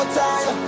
time